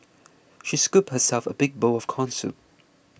she scooped herself a big bowl of Corn Soup